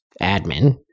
admin